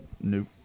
Nope